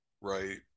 right